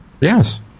Yes